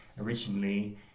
originally